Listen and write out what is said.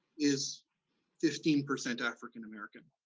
is fifteen percent african american.